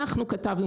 אנחנו כתבנו,